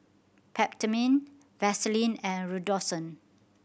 Peptamen Vaselin and Redoxon